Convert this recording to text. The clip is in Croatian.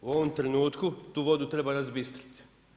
U ovom trenutku tu vodu treba razbistriti.